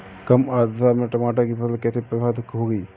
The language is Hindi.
कम आर्द्रता में टमाटर की फसल कैसे प्रभावित होगी?